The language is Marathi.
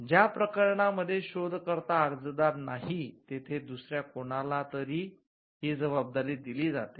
ज्या प्रकरणांमध्ये शोधकर्ता अर्जदार नाही तेथे दुसऱ्या कुणाला तरी ही जबादारी दिली जाते